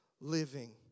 living